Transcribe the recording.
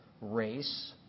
race